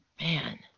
Man